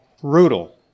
brutal